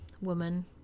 woman